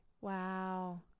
wow